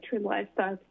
livestock